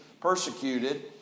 persecuted